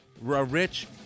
Rich